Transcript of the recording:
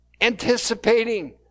anticipating